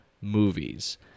movies